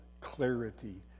clarity